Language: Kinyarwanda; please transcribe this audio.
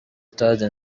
stade